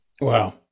Wow